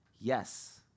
Yes